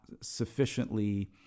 sufficiently